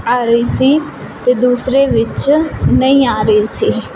ਆ ਰਹੀ ਸੀ ਅਤੇ ਦੂਸਰੇ ਵਿੱਚ ਨਹੀਂ ਆ ਰਹੀ ਸੀ